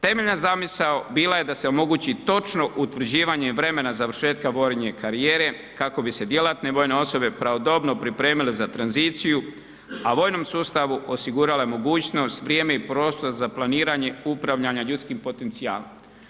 Temeljna zamisao bila je da se omogući točno utvrđivanje vremena završetka vojne karijere kako bi se djelatne vojne osobe pravodobno pripremile za tranziciju a vojnom sustavu osigurale mogućnost, vrijeme i prostor za planiranje upravljanja ljudskim potencijalom.